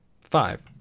Five